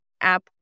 app